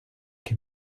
que